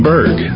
Berg